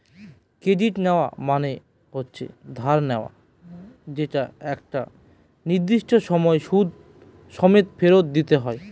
credit নেওয়া মানে হচ্ছে ধার নেওয়া যেটা একটা নির্দিষ্ট সময় সুদ সমেত ফেরত দিতে হয়